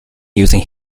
using